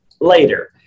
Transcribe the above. later